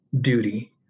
duty